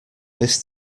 this